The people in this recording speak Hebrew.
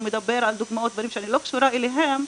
מדבר על דוגמאות ודברים שאני לא קשורה אליהם,